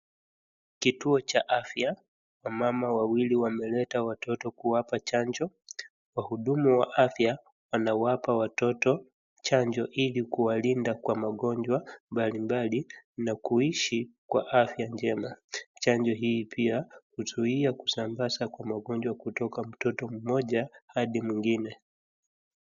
Kituo cha afya, wamama wawili wameleta watoto kuwapa chanjo. Wahudumu wa afya wanawapa watoto chanjo ili kuwalinda kwa magonjwa mbalimbali na kuishi kwa afya njema. Chanjo hii pia uzuia kusambasa kwa magonjwa kutoka kwa mtoto hadi mwingine.